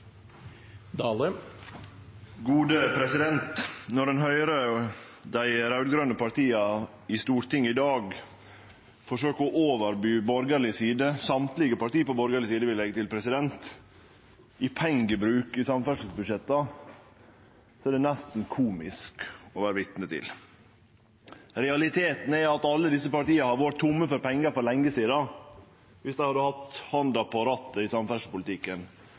høyrer dei raud-grøne partia i Stortinget i dag forsøkje å overby borgarleg side – alle parti på borgarleg side, vil eg leggje til – i pengebruk i samferdselsbudsjetta, er det nesten komisk å vere vitne til. Realiteten er at alle desse partia hadde vore tomme for pengar for lenge sidan viss dei hadde hatt handa på rattet i